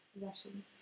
Russian